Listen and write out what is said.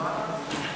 הוא לא ענה לי.